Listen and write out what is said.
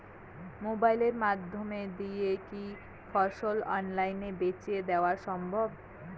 মোবাইলের মইধ্যে দিয়া কি ফসল অনলাইনে বেঁচে দেওয়া সম্ভব?